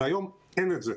והיום אין את זה.